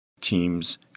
teams